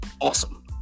awesome